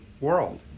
world